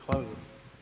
Hvala lijepo.